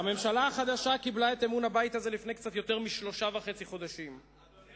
הממשלה החדשה קיבלה את אמון הבית הזה לפני קצת יותר משלושה חודשים וחצי.